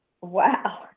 Wow